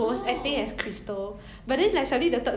oh so is like 好像 same me but